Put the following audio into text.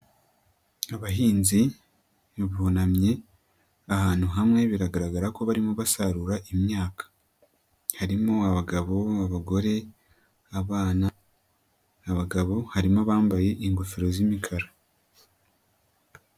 Abahinzi bunamye ahantu hamwe biragaragara ko barimo basarura imyaka, harimo abagabo, abagore, abana, abagabo harimo abambaye ingofero z'imikara.